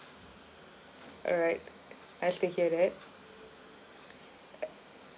alright nice to hear that uh